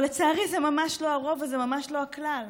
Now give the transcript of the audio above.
אבל, לצערי, זה ממש לא הרוב וזה ממש לא הכלל.